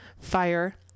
fire